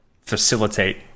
facilitate